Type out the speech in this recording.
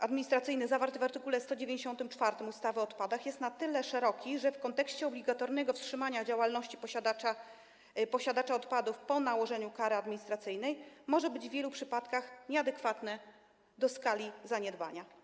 administracyjnych zawarty w art. 194 ustawy o odpadach jest na tyle szeroki, że w kontekście obligatoryjnego wstrzymania działalności posiadacza odpadów po nałożeniu kary administracyjnej może być w wielu przypadkach nieadekwatny do skali zaniedbania.